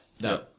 No